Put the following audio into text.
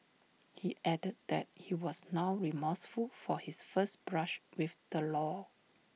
he added that he was now remorseful for his first brush with the law